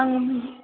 आं